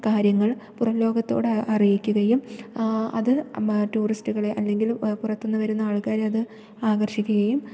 കാര്യങ്ങൾ പുറംലോകത്തോട് അ അറിയിക്കുകയും അത് മാ ടൂറിസ്റ്റുകളെ അല്ലെങ്കിലും പുറത്ത് നിന്ന് വരുന്ന ആൾക്കാരെ അത് ആകർഷിക്കുകയും